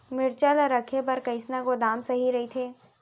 मिरचा ला रखे बर कईसना गोदाम सही रइथे?